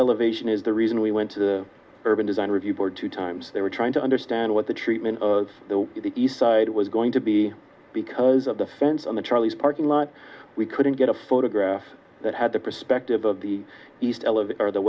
elevation is the reason we went to the urban design review board two times they were trying to understand what the treatment of the east side was going to be because of the fence on the charlie's parking lot we couldn't get a photograph that had the perspective of the east elevator the